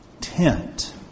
tent